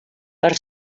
per